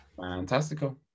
Fantastical